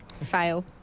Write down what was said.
fail